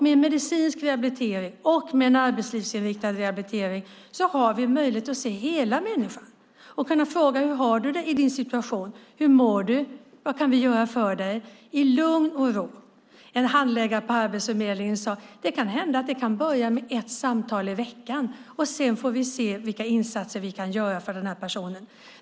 Med en medicinsk rehabilitering och med en arbetslivsinriktad rehabilitering har vi möjlighet att se hela människan. Vi kan fråga: Hur har du det i din situation? Hur mår du? Vad kan vi göra för dig? Det kan vi göra i lugn och ro. En handläggare på Arbetsförmedlingen sade: Det kan hända att det kan börja med ett samtal i veckan. Sedan får vi se vilka insatser som vi kan göra för den här personen.